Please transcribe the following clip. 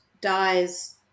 dies